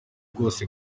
bwose